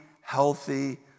healthy